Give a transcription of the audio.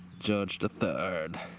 george the third.